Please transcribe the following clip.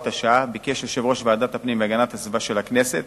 השעה ביקש יושב-ראש ועדת הפנים והגנת הסביבה של הכנסת